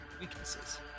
Weaknesses